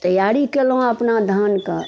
तैयारी कयलहुँ अपना धानके